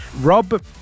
Rob